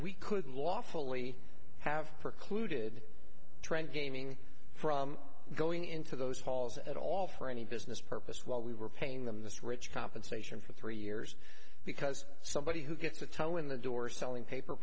we could lawfully have precluded trent gaming from going into those halls at all for any business purpose while we were paying them this rich compensation for three years because somebody who gets the toe in the door selling paper